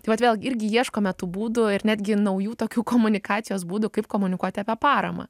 tai vat vėlgi irgi ieškome tų būdų ir netgi naujų tokių komunikacijos būdų kaip komunikuot apie paramą